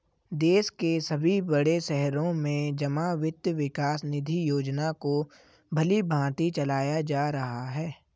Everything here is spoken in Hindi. देश के सभी बड़े शहरों में जमा वित्त विकास निधि योजना को भलीभांति चलाया जा रहा है